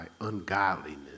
ungodliness